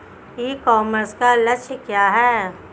E commerce का लक्ष्य क्या है?